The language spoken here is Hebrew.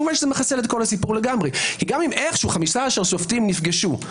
מחסל את כל הסיפור לגמרי כי גם אם איכשהו 15 שופטים נפגשו,